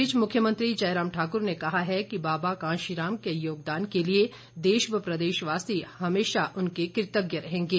इस बीच मुख्यमंत्री जयराम ठाक्र ने कहा है कि बाबा कांशीराम के योगदान के लिए देश व प्रदेशवासी हमेशा उनके कृतज्ञ रहेंगे